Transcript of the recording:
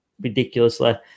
ridiculously